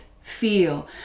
feel